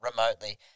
remotely